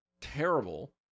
terrible